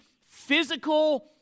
physical